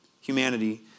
humanity